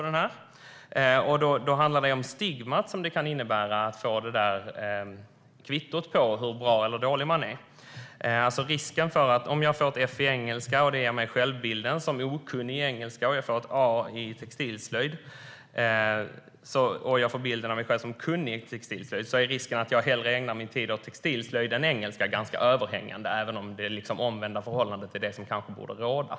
Det handlar om det stigma som det kan innebära att få detta kvitto på hur bra eller dålig man är. Om jag får ett F i engelska, och det ger mig självbilden som okunnig i engelska, och om jag får ett A i textilslöjd, och det ger mig självbilden som kunnig i textilslöjd, är risken att jag hellre ägnar min tid åt textilslöjd än engelska ganska överhängande även om det omvända förhållandet kanske borde råda.